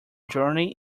journey